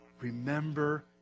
Remember